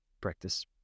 practice